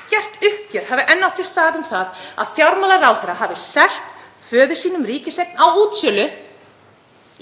að ekkert uppgjör hafi enn átt sér stað um það að fjármálaráðherra hafi selt föður sínum ríkiseign á útsölu